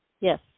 Yes